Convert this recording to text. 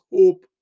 hope